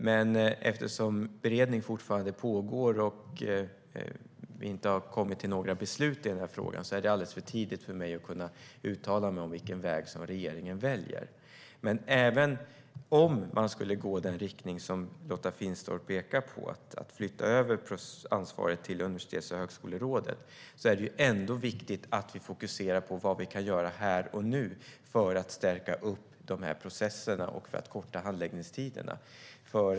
Men eftersom beredning fortfarande pågår och vi inte har kommit till några beslut i frågan är det alldeles för tidigt för mig att uttala mig om vilken väg regeringen kommer att välja. Även om regeringen skulle gå i den riktning som Lotta Finstorp pekar på, att flytta över ansvaret till Universitets och högskolerådet, är det ändå viktigt att fokusera på vad vi kan göra här och nu för att stärka processerna och korta handläggningstiderna.